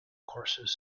courses